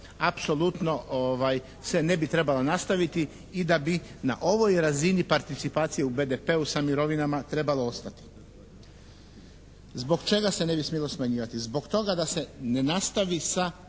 apsolutno se ne bi trebala nastaviti i da bi na ovoj razini participacije u BDP-u sa mirovinama trebalo ostati. Zbog čega se ne bi smjelo smanjivati? Zbog toga da se ne nastavi sa